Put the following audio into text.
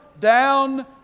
down